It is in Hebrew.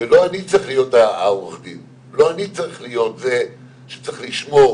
לא אני צריך להיות העורך דין, זה שצריך לשמור